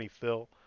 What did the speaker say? Phil